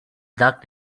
dak